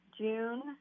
June